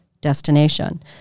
destination